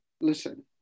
listen